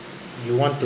you want to